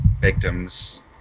victims